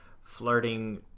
flirting